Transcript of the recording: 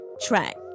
track